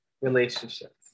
relationships